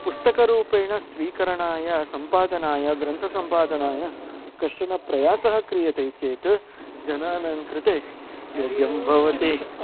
पुस्तकरूपेण स्वीकरणाय सम्पादनाय ग्रन्थसम्पादनाय कश्चनः प्रयासः क्रियते चेत् जनानां कृते योग्यं भवति